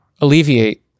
alleviate